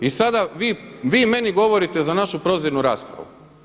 I sada vi meni govorite za našu prozirnu raspravu.